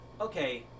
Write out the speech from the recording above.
Okay